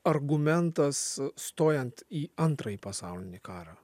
argumentas stojant į antrąjį pasaulinį karą